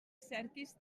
cerquis